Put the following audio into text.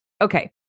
Okay